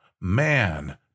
Man